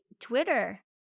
Twitter